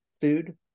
food